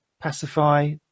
pacify